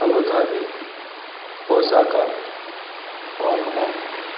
Abu Dhabi Osaka Hong Kong